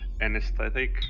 anesthetic